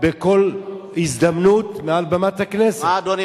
על כל השלכות הדבר.